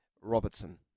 Robertson